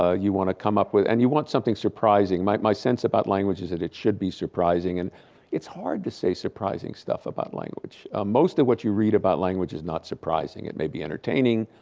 ah you want to come up with and you want something surprising. my sense about language is that it should be surprising and it's hard to say surprising stuff about language. most of what you read about language is not surprising, it may be entertaining,